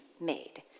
made